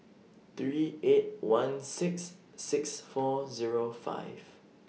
three eight one six six four Zero five